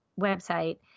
website